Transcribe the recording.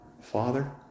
Father